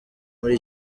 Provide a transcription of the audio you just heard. muri